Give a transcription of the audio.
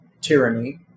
tyranny